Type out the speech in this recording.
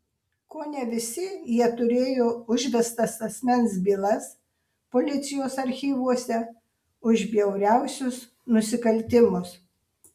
kone visi jie turėjo užvestas asmens bylas policijos archyvuose už bjauriausius nusikaltimus